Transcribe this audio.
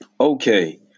Okay